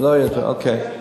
לא היה, אוקיי.